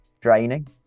draining